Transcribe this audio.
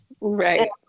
right